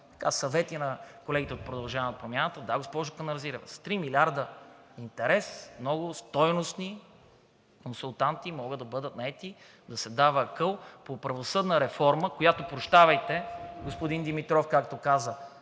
давали съвети на колегите от „Продължаваме Промяната“. Да, госпожо Каназирева, с три милиарда интерес много стойностни консултанти могат да бъдат наети, да се дава акъл по правосъдна реформа, която, прощавайте, господин Димитров, както каза,